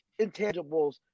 intangibles